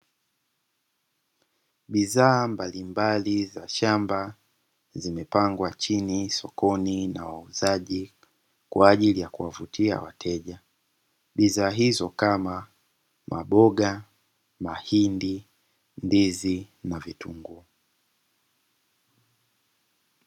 Bidhaa mbalimbali za shamba zimepangwa chini sokoni na wauzaji kwaajili ya kuwavutia wateja, bidhaa hizo kama maboga mahindi, ndizi na vitunguu